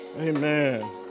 Amen